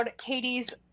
Katie's